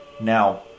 Now